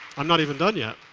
i'm not even done yet.